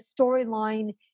storyline